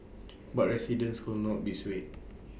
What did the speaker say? but residents could not be swayed